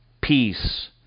peace